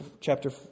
chapter